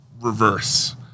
reverse